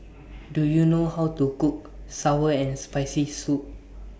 Do YOU know How to Cook Sour and Spicy Soup